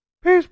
Peace